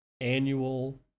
annual